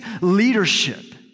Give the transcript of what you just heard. leadership